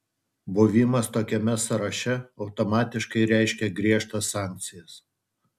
buvimas tokiame sąraše automatiškai reiškia griežtas sankcijas